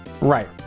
Right